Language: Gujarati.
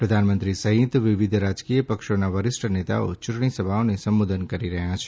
પ્રધાનમંત્રી સહિત વિવિધ રાજકીય પક્ષોના વરિષ્ઠ નેતાઓ ચૂંટણી સભાઓને સંબોધન કરી રહ્યા છે